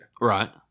Right